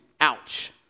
Ouch